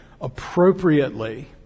appropriately